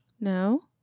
No